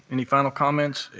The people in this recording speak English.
any final comments?